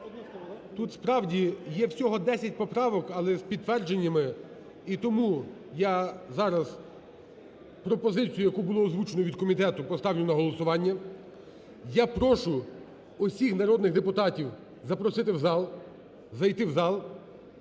Тут, справді, є всього 10 поправок, але з підтвердженнями. І тому я зараз пропозицію, яку було озвучено від комітету, поставлю на голосування. Я прошу усіх народних депутатів запросити в зал, зайти в зал.